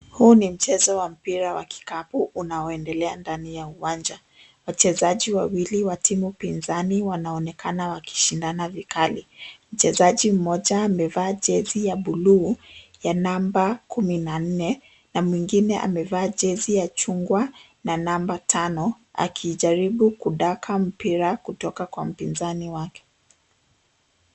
Huu ni mchezo wa mpira wa kikapu unaoendelea ndani ya uwanja. Wachezaji wawili wa timu pinzani wanaonekana wakishindana vikali. Mchezaji mmoja amevaa jezi ya buluu ya namba kumi na nne na mwingine amevaa jezi ya chungwa na namba tano akijaribu kudaka mpira kutoka kwa mpinzani wake.